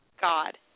God